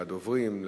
לדוברים,